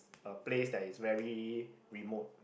a place that is very remote